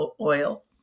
oil